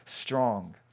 strong